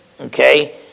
Okay